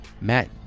Matt